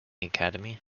academy